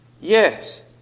Yes